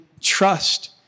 trust